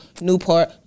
Newport